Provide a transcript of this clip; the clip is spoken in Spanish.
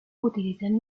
utilizan